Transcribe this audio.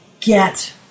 get